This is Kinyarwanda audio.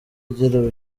ugira